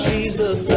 Jesus